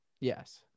Yes